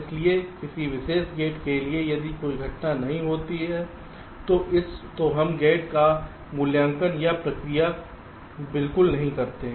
इसलिए किसी विशेष गेट के लिए यदि कोई घटना नहीं होती है तो हम गेट का वैल्यूांकन या प्रक्रिया बिल्कुल नहीं करते हैं